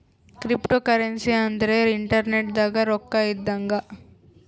cryptocurrency ಅಂದ್ರ internet ದಾಗ ರೊಕ್ಕ ಇದ್ದಂಗ